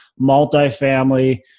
multifamily